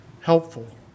helpful